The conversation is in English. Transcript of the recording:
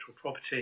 property